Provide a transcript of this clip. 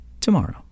tomorrow